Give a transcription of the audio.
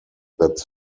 that